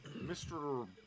Mr